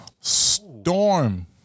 storm